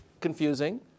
confusing